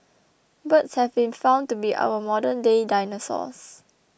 birds have been found to be our modernday dinosaurs